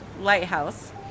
Lighthouse